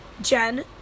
Jen